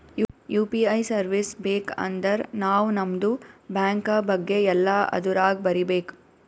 you P I service ಬೇಕ್ ಅಂದರ್ ನಾವ್ ನಮ್ದು ಬ್ಯಾಂಕ ಬಗ್ಗೆ ಎಲ್ಲಾ ಅದುರಾಗ್ ಬರೀಬೇಕ್